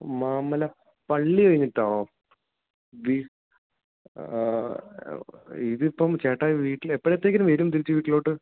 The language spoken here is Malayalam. മാമല പള്ളി കഴിഞ്ഞിട്ടാണോ വി ഇതിപ്പം ചേട്ടായി വീട്ടിൽ എപ്പോൾ എത്തിക്കണം വീട്ടിൽനിന്ന് തിരിച്ച് വീട്ടിലോട്ട്